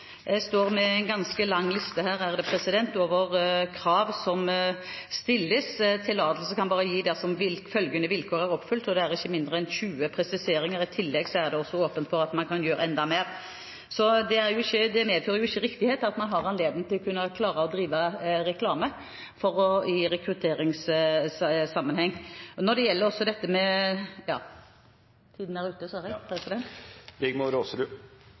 Jeg står med en ganske lang liste her over krav som stilles – «Tillatelse kan bare gis dersom følgende vilkår er oppfylt: …»– og det er ikke mindre enn 20 presiseringer, og i tillegg er det åpnet for at en kan gjøre enda mer. Så det medfører ikke riktighet at man har anledning til å drive reklame i rekrutteringssammenheng. En annen bieffekt av det vedtaket som regjeringen har gjort, er at man får inn operatører som er registrert i skatteparadiser, og vi hørte jo i et spørsmål før her at det er